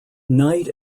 knight